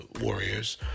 Warriors